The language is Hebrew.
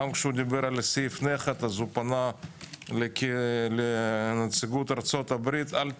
גם כשדיבר על סעיף נכד פנה לנציגות ארצות הברית: אל תדאגו,